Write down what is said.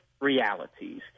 realities